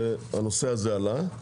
הנושא הזה עלה.